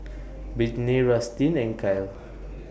Brittnay Rustin and Kyle